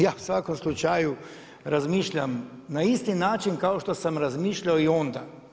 Ja u svakom slučaju razmišljam na isti način kao što sam razmišljao i onda.